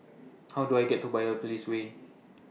How Do I get to Biopolis Way